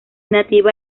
nativa